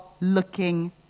looking